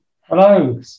Hello